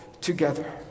together